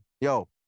Yo